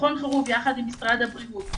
במכון חרוב ביחד עם משרד הבריאות,